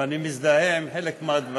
ואני מזדהה עם חלק מהדברים,